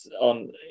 on